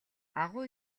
агуу